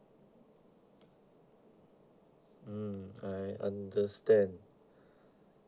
mm I understand